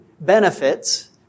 benefits